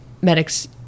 medics